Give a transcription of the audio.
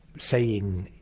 saying!